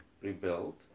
rebuilt